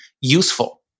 useful